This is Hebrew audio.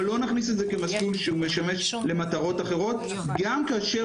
אבל לא נכניס את זה כמסלול שהוא משמש למטרות אחרות גם כאשר